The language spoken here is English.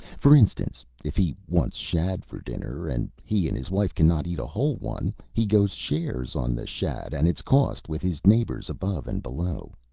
for instance, if he wants shad for dinner, and he and his wife cannot eat a whole one, he goes shares on the shad and its cost with his neighbors above and below.